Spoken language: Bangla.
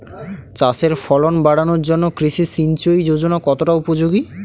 চাষের ফলন বাড়ানোর জন্য কৃষি সিঞ্চয়ী যোজনা কতটা উপযোগী?